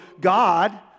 God